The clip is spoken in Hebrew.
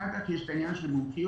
אחר כך יש את העניין של מומחיות,